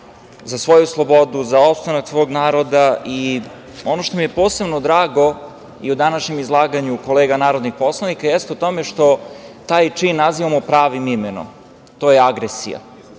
za svoju slobodu, za opstanak svog naroda. Ono što mi je posebno drago i u današnjem izlaganju kolega narodnih poslanika jeste to što taj čin nazivamo pravim imenom. To je agresija.